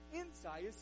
insight